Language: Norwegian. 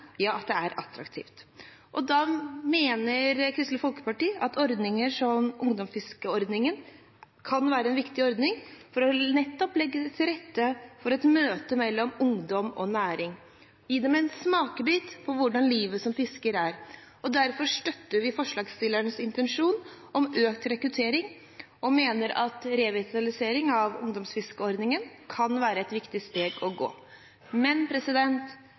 ja, at det er attraktivt. Da mener Kristelig Folkeparti at ordninger som ungdomsfiskeordningen kan være viktig nettopp for å legge til rette for møte mellom ungdom og næring og gi dem en smakebit på hvordan livet som fisker er. Derfor støtter vi forslagsstillernes intensjon om økt rekruttering og mener at revitalisering av ungdomsfiskeordningen kan være et viktig steg å ta. Men